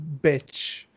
bitch